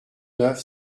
neuf